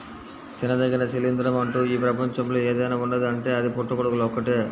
తినదగిన శిలీంద్రం అంటూ ఈ ప్రపంచంలో ఏదైనా ఉన్నదీ అంటే అది పుట్టగొడుగులు ఒక్కటే